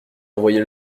envoyer